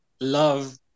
love